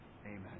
Amen